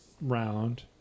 round